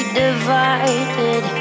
divided